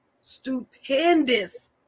stupendous